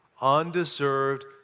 undeserved